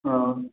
हँ